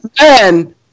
man